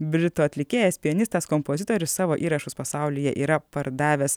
britų atlikėjas pianistas kompozitorius savo įrašus pasaulyje yra pardavęs